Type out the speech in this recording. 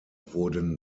wurden